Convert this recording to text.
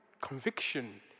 conviction